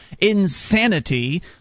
insanity